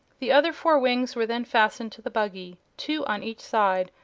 the other four wings were then fastened to the buggy, two on each side,